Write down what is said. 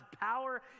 power